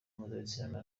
mpuzabitsina